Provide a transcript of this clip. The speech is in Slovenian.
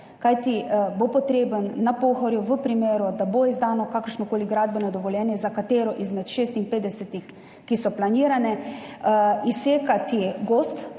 Kajti na Pohorju bo potrebno v primeru, da bo izdano kakršnokoli gradbeno dovoljenje za katero izmed 56, ki so planirane, izsekati gozd,